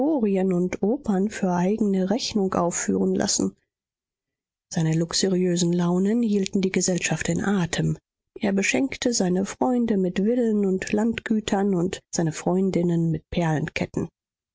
und opern für eigne rechnung aufführen lassen seine luxuriösen launen hielten die gesellschaft in atem er beschenkte seine freunde mit villen und landgütern und seine freundinnen mit